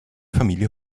familie